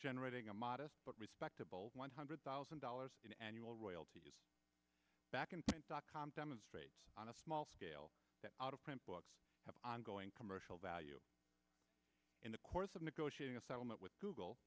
generating a modest but respectable one hundred thousand dollars in annual royalties back in dot com demonstrates on a small scale that out of print books have ongoing commercial value in the course of negotiating a settlement with google